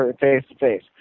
face-to-face